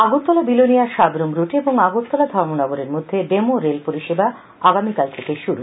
আগরতলা বিলোনিয়া সাব্রুম রুটে এবং আগরতলা ধর্মনগরের মধ্যে ডেমো রেল পরিষেবা আগামীকাল থেকে শুরু